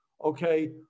Okay